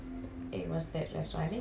I don't know man okay